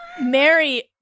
Mary